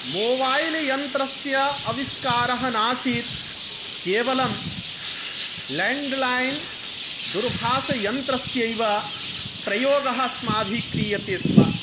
mobile यन्त्रस्य आविष्कारः नासीत् केवलं लेण्ड्लैन् दूरभाषायन्त्रस्य एव प्रयोगः अस्माभिः क्रियते स्म